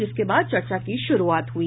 जिसके बाद चर्चा की शुरूआत हुई